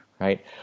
right